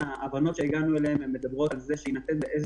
ההבנות שהגענו אליהן מדברות על זה שיינתן איזה